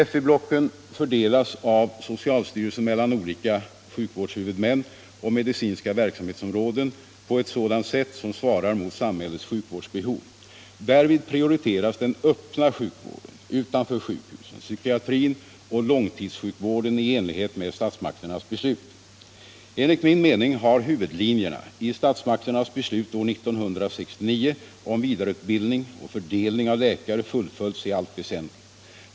FV-blocken fördelas av socialstyrelsen mellan olika sjukvårdshuvudmän och medicinska verksamhetsområden på ett sådant sätt som svarar mot samhällets sjukvårdsbehov. Därvid prioriteras den öppna sjukvården utanför sjukhusen, psykiatrin och långtidssjukvården i enlighet med statsmakternas beslut. Enligt min mening har huvudlinjerna i statsmakternas beslut år 1969 om vidareutbildning och fördelning av läkare fullföljts i allt väsentligt.